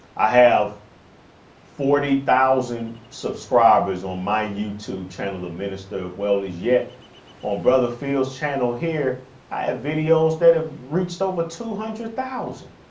i have forty thousand subscribers on my youtube channel, the minister of wellness, yet on brother field's channel. here i have videos that have reached over two hundred thousand